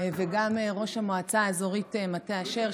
וגם ראש המועצה האזורית מטה אשר